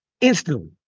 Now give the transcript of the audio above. instantly